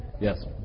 Yes